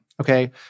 Okay